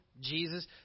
Jesus